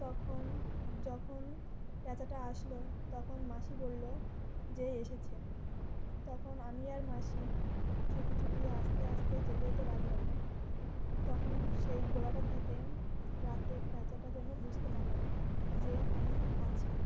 তখন যখন পেঁচাটা আসলো তখন মাসি বললো যে এসেছে তখন আমি আর মাসি চুপি চুপি আস্তে আস্তে যেতে যেতে লাগলাম তখন সেই গোলাটার দিকে রাতে পেঁচাটা যেন বুঝতে না পারে যে আমি আছি